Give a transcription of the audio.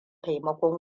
taimakon